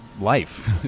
life